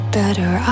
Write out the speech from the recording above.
better